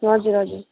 हजुर हजुर